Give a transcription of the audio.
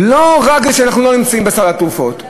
לא רק כשהן לא בסל התרופות,